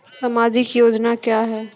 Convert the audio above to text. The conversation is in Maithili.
समाजिक योजना क्या हैं?